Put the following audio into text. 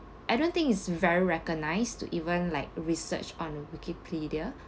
I don't think it's very recognized to even like research on wikipedia